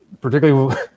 Particularly